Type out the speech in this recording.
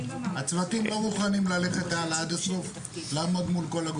הצוותים לא מוכנים ללכת הלאה עד הסוף ולעמוד מול כל הגורמים.